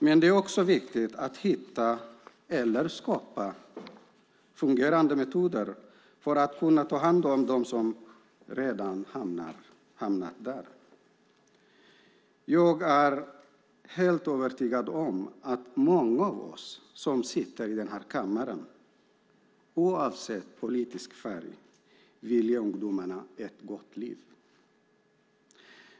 Men det är också viktigt att hitta eller skapa fungerande metoder för att kunna ta hand om dem som redan hamnat där. Jag är helt övertygad om att många av oss som sitter i den här kammaren oavsett politisk färg vill ge ungdomarna ett gott liv.